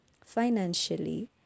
financially